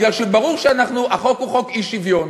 מפני שברור שהחוק הוא חוק אי-שוויון.